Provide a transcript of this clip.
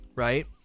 right